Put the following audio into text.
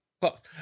Close